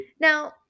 Now